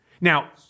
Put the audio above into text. Now